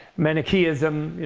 manichaeism,